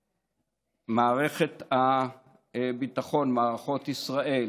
פצועי מערכת הביטחון, מערכות ישראל,